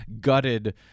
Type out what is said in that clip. gutted